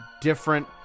different